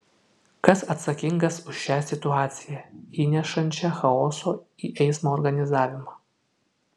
kas atsakingas už šią situaciją įnešančią chaoso į eismo organizavimą